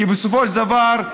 כי בסופו של דבר,